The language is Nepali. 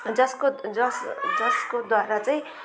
जसको जस् जसको द्वारा चाहिँ